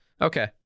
okay